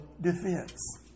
defense